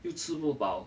又吃不饱